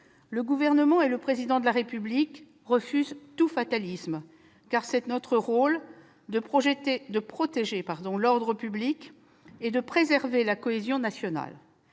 le Gouvernement et le Président de la République refusent tout fatalisme, car c'est notre rôle de protéger l'ordre public et de préserver la cohésion nationale.